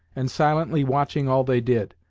and silently watching all they did.